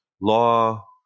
law